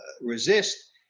resist